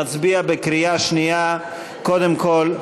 נצביע בקריאה שנייה קודם כול.